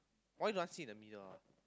why do I sit in the middle ah